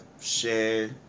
share